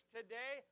Today